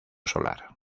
solar